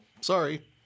sorry